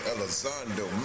Elizondo